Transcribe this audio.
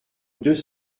deux